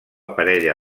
parella